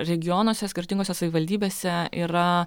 regionuose skirtingose savivaldybėse yra